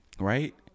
Right